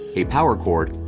a power cord,